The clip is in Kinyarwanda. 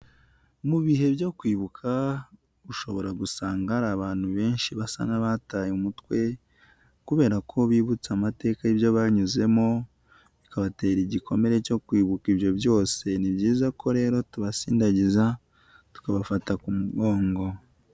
Mubihe byo kwibuka ushobora gusanga hari abantu benshi basa n'abataye umutwe kubera ko bibutse amateka y'ibyo banyuzemo bikabatera igikomere cyo kwibuka ibyo byose ni byiza ko rero tubasindagiza tukabafata ku mugongo.